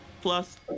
plus